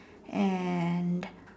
and